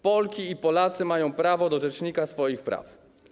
Polki i Polacy mają prawo do rzecznika swoich praw.